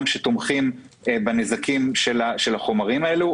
שתומכים במסקנה על הנזקים של החומרים האלה.